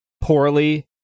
poorly